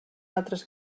altres